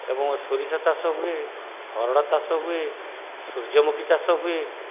ଏବଂ ସୋରିଷ ଚାଷ ହୁଏ ହରଡ଼ ଚାଷ ହୁଏ ସୂର୍ଯ୍ୟମୁଖୀ ଚାଷ ହୁଏ